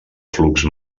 flux